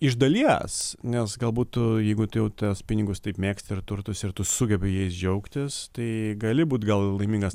iš dalies nes galbūt tu jeigu tu jau tuos pinigus taip mėgsti ir turtus ir tu sugebi jais džiaugtis tai gali būt gal laimingas